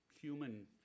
human